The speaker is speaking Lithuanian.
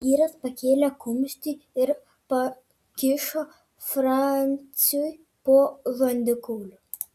vyras pakėlė kumštį ir pakišo franciui po žandikauliu